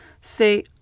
say